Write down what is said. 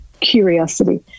curiosity